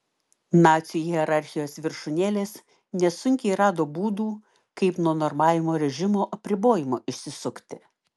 nacių hierarchijos viršūnėlės nesunkiai rado būdų kaip nuo normavimo režimo apribojimų išsisukti